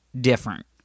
different